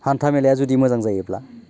हान्था मेलाया जुदि मोजां जायोब्ला